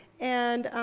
and